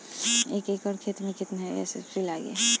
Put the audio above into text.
एक एकड़ खेत मे कितना एस.एस.पी लागिल?